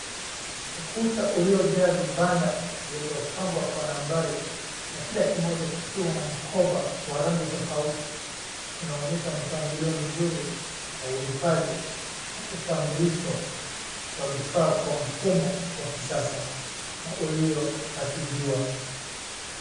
Ukuta uliojaa vibanda vilivyopangwa kwa nambari na kila kimoja kikiwa na mkoba wa rangi tofauti unaonyesha mpangilio mzuri wa uhifadhi, utambulisho wa vifaa kwa mfumo wa kisasa na ulioratibiwa.